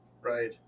right